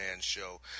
Show